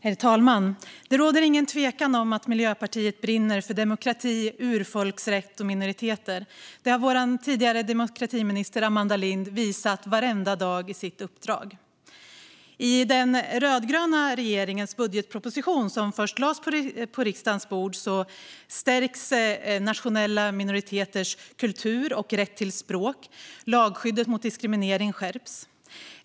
Herr talman! Det råder ingen tvekan om att Miljöpartiet brinner för demokrati, urfolksrätt och minoriteter. Det har vår tidigare demokratiminister Amanda Lind visat varje dag i sitt uppdrag. I den rödgröna regeringens budgetproposition, som först lades på riksdagens bord, stärks nationella minoriteters kultur och rätt till språk, och lagskyddet mot diskriminering skärps.